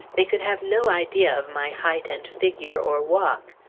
they could have no idea of my height and figure, or walk.